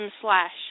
Slash